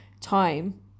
time